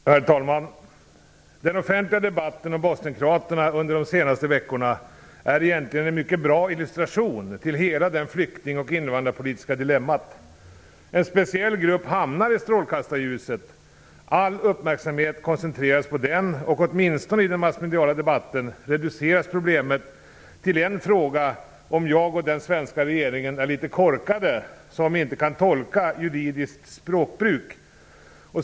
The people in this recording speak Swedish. Herr talman! Den offentliga debatten om bosnienkroaterna under de senaste veckorna är egentligen en mycket bra illustration till hela det flykting och invandrarpolitiska dilemmat. En speciell grupp hamnar i strålkastarljuset. All uppmärksamhet koncentreras på den, och åtminstone i den massmediala debatten reduceras problemet till en fråga om jag och den svenska regeringen är litet korkade som inte kan tolka juridiskt språkbruk.